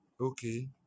okay